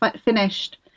finished